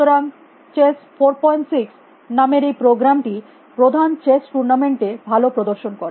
সুতরাং chess 46 chess 46 নামের এই প্রোগ্রাম টি প্রধান চেস টুর্নামেন্ট এ ভালো প্রদর্শন করে